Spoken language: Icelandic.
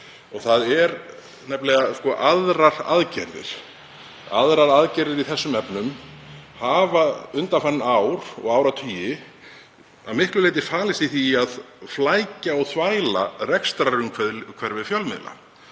Það eru nefnilega aðrar aðgerðir. Aðrar aðgerðir í þessum efnum hafa undanfarin ár og áratugi að miklu leyti falist í því að flækja og þvæla rekstrarumhverfi fjölmiðla.